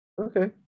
Okay